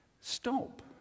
stop